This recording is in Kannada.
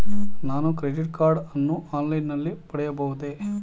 ನಾನು ಕ್ರೆಡಿಟ್ ಕಾರ್ಡ್ ಅನ್ನು ಆನ್ಲೈನ್ ನಲ್ಲಿ ಪಡೆಯಬಹುದೇ?